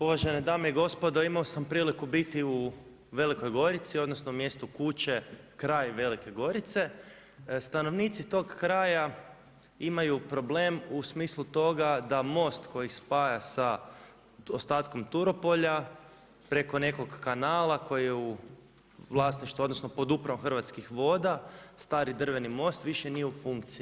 Uvažene dame i gospodo, imao sam prilike biti u Velikoj Gorici, odnosno mjestu Kuče kraj Velike Gorice, stanovnici toga kraja imaju problem u smislu toga da most koji ih spaja sa ostatkom Turopolja preko nekog kanala koji je u vlasništvu, odnosno pod upravom Hrvatskih voda, stari drveni most više nije u funkciji.